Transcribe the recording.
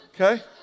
Okay